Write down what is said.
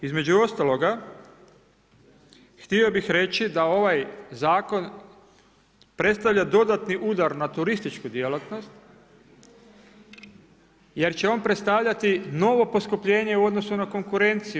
Između ostaloga, htio bih reći da ovaj zakon predstavlja dodatni udar na turističku djelatnost jer će on predstavljati novo poskupljenje u odnosu na konkurenciju.